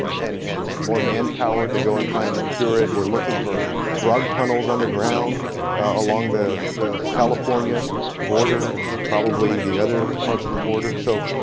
and and more manpower to go and try and secure it. we're looking for drug tunnels underground along the the california border and probably the other parts of the border. so